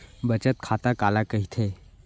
बचत खाता काला कहिथे?